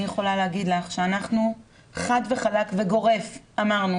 אני יכולה להגיד שאנחנו חד וחלק וגורף אמרנו